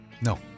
No